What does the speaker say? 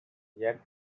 yet